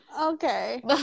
Okay